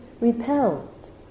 repelled